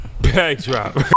backdrop